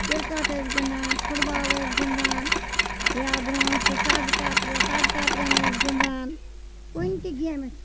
cricket ٲسۍ گِنٛدان football ٲسۍ گِنٛدان یا برونٛہہ ٲسۍ سَزٕ کَترٕ سَزٕ کَترٔن ٲسۍ گِنٛدان کُنہ تہِ گیمہِ